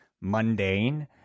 mundane